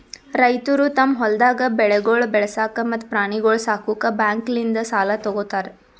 ರೈತುರು ತಮ್ ಹೊಲ್ದಾಗ್ ಬೆಳೆಗೊಳ್ ಬೆಳಸಾಕ್ ಮತ್ತ ಪ್ರಾಣಿಗೊಳ್ ಸಾಕುಕ್ ಬ್ಯಾಂಕ್ಲಿಂತ್ ಸಾಲ ತೊ ಗೋತಾರ್